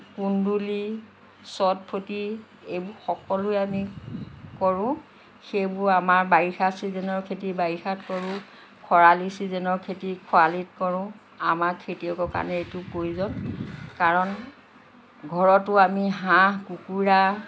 কুন্দুলি চটফটি এইবোৰ সকলোৱে আমি কৰোঁ সেইবোৰ আমাৰ বাৰিষা ছিজনৰ খেতি বাৰিষাত কৰোঁ খৰালি ছিজনৰ খেতি খৰালিত কৰোঁ আমাৰ খেতিয়কৰ কাৰণে এইটো প্ৰয়োজন কাৰণ ঘৰতো আমি হাঁহ কুকুৰা